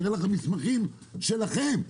אראה לכם מסמכים שלכם,